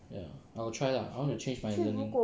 ya I will try lah I want to change my learning